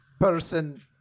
person